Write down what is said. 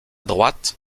droite